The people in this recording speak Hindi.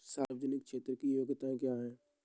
सामाजिक क्षेत्र की योजनाएँ क्या हैं?